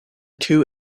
two